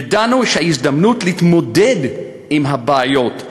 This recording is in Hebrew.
ידענו שההזדמנות להתמודד עם הבעיות,